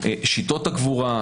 שיטות הקבורה,